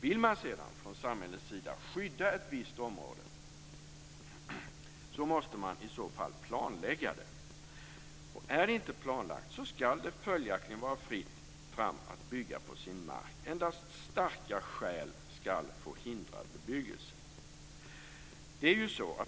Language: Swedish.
Vill man sedan från samhällets sida skydda ett visst område måste man i så fall planlägga det. Och är det inte planlagt skall det följaktligen vara fritt fram att bygga på sin mark. Endast starka skäl skall få hindra bebyggelse.